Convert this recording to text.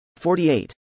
48